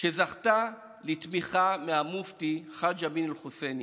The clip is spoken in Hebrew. שזכתה לתמיכה מהמופתי חאג' אמין אל-חוסייני,